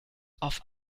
auf